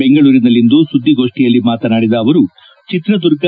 ಬೆಂಗಳೂರಿನಲ್ಲಿಂದು ಸುಧಿಗೋಷ್ಟಿಯಲ್ಲಿ ಮಾತನಾಡಿದ ಅವರು ಚಿತ್ರದುರ್ಗ